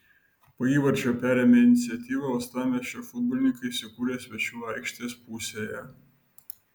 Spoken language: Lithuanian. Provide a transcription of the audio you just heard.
po įvarčio perėmę iniciatyvą uostamiesčio futbolininkai įsikūrė svečių aikštės pusėje